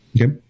Okay